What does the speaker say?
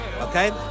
okay